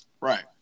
Right